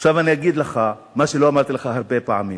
עכשיו אני אגיד לך מה שלא אמרתי כבר הרבה פעמים.